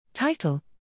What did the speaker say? TITLE